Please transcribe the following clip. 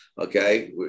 okay